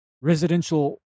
residential